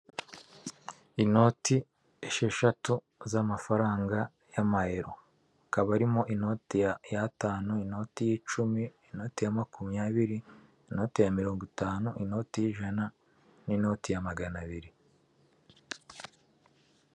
Inoti esheshatu z'amafaranga y'amayero hakaba harimo inoti y'atanu, inoti y'icumi, inote ya makumyabiri, inote ya mirongo itanu, inoti y'ijana n'inoti ya magana abiri.